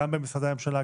גם במשרדי הממשלה,